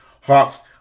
Hawks